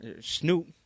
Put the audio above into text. Snoop